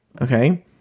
Okay